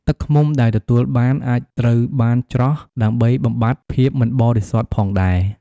ទឹកឃ្មុំដែលទទួលបានអាចត្រូវបានច្រោះ ដើម្បីបំបាត់ភាពមិនបរិសុទ្ធផងដែរ។